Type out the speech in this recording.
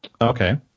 Okay